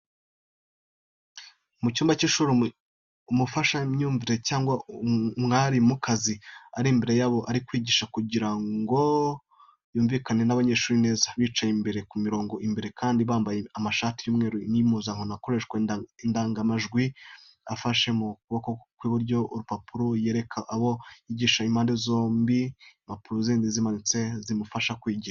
Mu cyumba cy'ishuri, umufashamyumvire cyangwa umwarimukazi, ari imbere y'abo arimo kwigisha, kugira ngo yumvinake n'abo banyeshuri neza, bicaye imbere ku mirongo imbere ye kandi bambaye amashati y'umweru y'impuzankano, arakoresha indangururamajwi ndetse akaba afashe mu kaboko kandi k'iburyo urupapuro yereka abo yigisha, impande ze zombi hari impapuro zindi zimanitse zimufasha kwigisha.